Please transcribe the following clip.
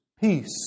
Peace